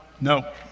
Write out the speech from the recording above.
No